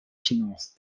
finances